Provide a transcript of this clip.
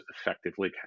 effectively